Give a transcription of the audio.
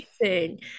amazing